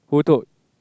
who told